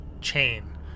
chain